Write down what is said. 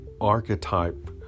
archetype